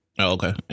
Okay